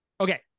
okay